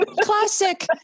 classic